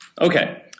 Okay